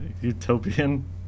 utopian